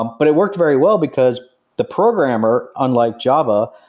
um but it worked very well, because the programmer, unlike java,